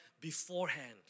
beforehand